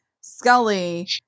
Scully